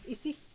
इसी